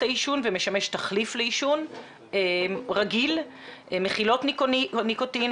העישון ומשמש תחליף לעישון רגיל מכילות: ניקוטין,